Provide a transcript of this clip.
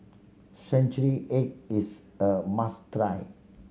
century egg is a must try